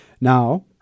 now